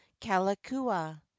Kalakua